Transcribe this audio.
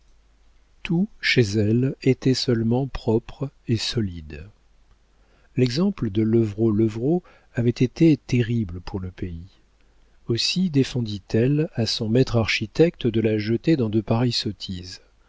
tout chez elle était seulement propre et solide l'exemple de levrault levrault avait été terrible pour le pays aussi défendit elle à son maître architecte de la jeter dans de pareilles sottises